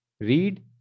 read